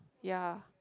ya